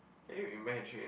can you imagine